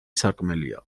სარკმელია